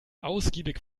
ausgiebig